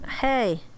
Hey